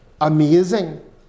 amazing